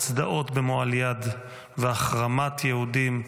הצדעות במועל יד והחרמת יהודים.